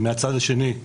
מהצד השני,